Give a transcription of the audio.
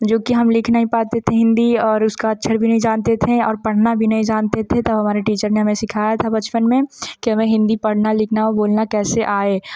जो कि हम लिख नहीं पाते थे हिंदी और उसका अक्षर भी नहीं जानते थे और पढ़ना भी नहीं जानते थे तो हमारे टीचर ने हमें सिखाया था बचपन में कि हमें हिंदी पढ़ना लिखना और बोलना कैसे आए